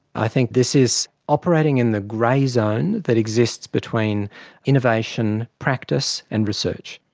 i think this is operating in the grey zone that exists between innovation, practice and research.